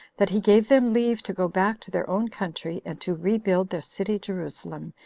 that he gave them leave to go back to their own country, and to rebuild their city jerusalem,